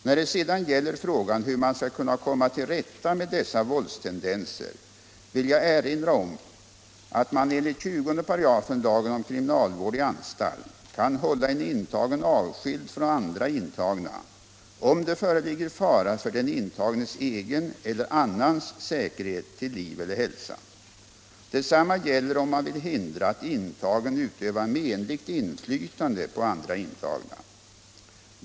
När det sedan gäller frågan hur man skall kunna komma till rätta med dessa våldstendenser vill jag erinra om att man enligt 20 § lagen om kriminalvård i anstalt kan hålla en intagen avskild från andra intagna om det föreligger fara för den intagnes egen eller annans säkerhet till liv eller hälsa. Detsamma gäller om man vill hindra att intagen utövar menligt inflytande på andra intagna.